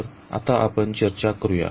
तर आता आपण चर्चा करूया